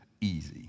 easy